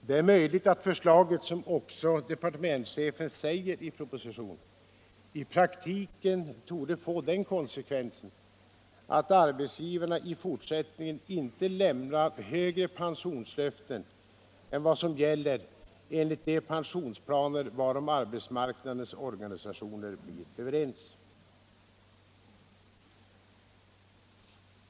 Det är möjligt att förslaget, som departementschefen också säger i propositionen, i praktiken torde få den konsekvensen att arbetsgivarna i fortsättningen inte lämnar högre pensionslöften än vad som gäller enligt de pensionsplaner varom arbetsmarknadens parter blir överens.